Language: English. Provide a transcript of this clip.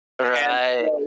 Right